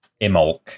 imolk